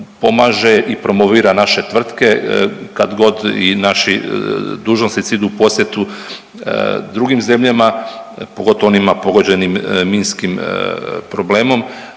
pomaže i promovira naše tvrtke kad god i naši dužnosnici idu u posjetu drugim zemljama pogotovo onima pogođenima minskim problemom,